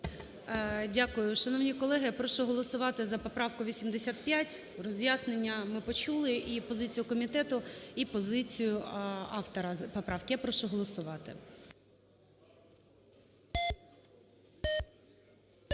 Дякую. Шановні колеги, прошу голосувати за поправку 85, роз'яснення ми почули і позицію комітету, і позицію автора поправки. Я прошу голосувати.